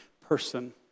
person